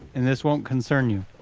and this won't concern you.